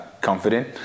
confident